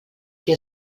qui